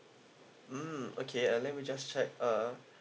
mm okay uh let me just check uh